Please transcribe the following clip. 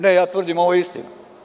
Ne ja tvrdim, ovo je istina.